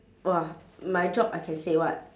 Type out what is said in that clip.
!wah! my job I can say what